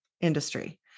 industry